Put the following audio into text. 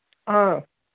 ꯑ